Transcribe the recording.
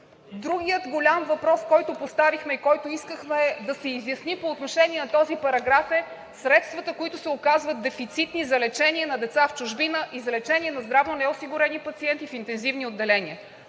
Другият голям въпрос, който поставихме и който искахме да се изясни по отношение на този параграф, е за средствата, които се оказват дефицитни – за лечение на деца в чужбина и за лечение на здравно неосигурени пациенти в интензивни отделения.